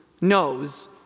knows